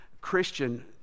Christian